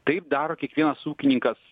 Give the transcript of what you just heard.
taip daro kiekvienas ūkininkas